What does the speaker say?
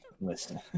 listen